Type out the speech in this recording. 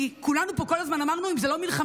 כי כולנו פה כל הזמן אמרנו: אם זה לא מלחמה,